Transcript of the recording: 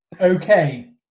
Okay